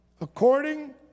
according